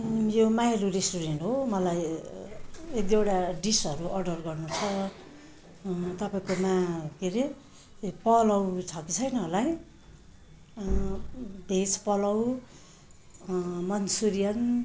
यो माइरू रेस्टुरेन्ट हो मलाई एक दुईवटा डिसहरू अर्डर गर्नु छ तपाईँकोमा के अरे पुलाउ छ कि छैन होला है भेज पुलाउ मन्चुरियन